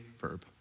verb